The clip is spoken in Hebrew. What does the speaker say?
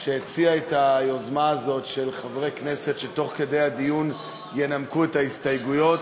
שהציע את היוזמה הזאת שחברי כנסת תוך כדי הדיון ינמקו את ההסתייגויות.